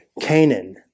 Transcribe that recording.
Canaan